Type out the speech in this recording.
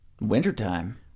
Wintertime